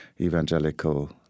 evangelical